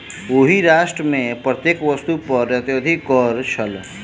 ओहि राष्ट्र मे प्रत्येक वस्तु पर अत्यधिक कर छल